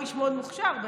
הוא איש מאוד מוכשר בעיניי?